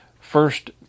first